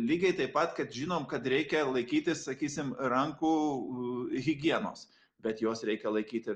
lygiai taip pat kad žinom kad reikia laikytis sakysim rankų higienos bet jos reikia laikyt ir